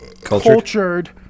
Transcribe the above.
cultured